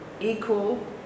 Equal